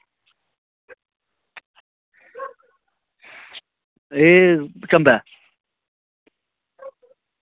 एह् चम्बे